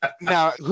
Now